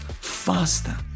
faster